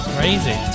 Crazy